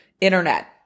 internet